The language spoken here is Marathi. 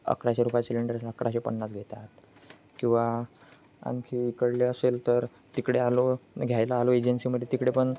अकराशे रुपयाचा सिलेंडर अकराशे पन्नास घेतात किंवा आणखी इकडले असेल तर तिकडे आलो घ्यायला आलो एजन्सीमध्ये तिकडे पण